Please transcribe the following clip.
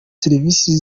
serivisi